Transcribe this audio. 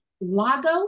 Lago